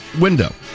window